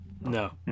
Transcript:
No